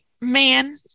man